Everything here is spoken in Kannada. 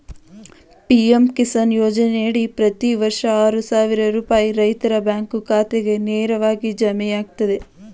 ಪಿ.ಎಂ ಕಿಸಾನ್ ಯೋಜನೆಯಡಿ ಪ್ರತಿ ವರ್ಷ ಆರು ಸಾವಿರ ರೂಪಾಯಿ ರೈತರ ಬ್ಯಾಂಕ್ ಖಾತೆಗೆ ನೇರವಾಗಿ ಜಮೆಯಾಗ್ತದೆ